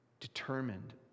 Determined